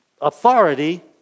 authority